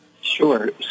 Sure